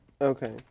Okay